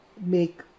make